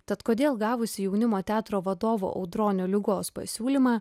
tad kodėl gavusi jaunimo teatro vadovo audronio liugos pasiūlymą